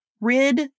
rid